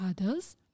others